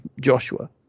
Joshua